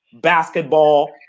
basketball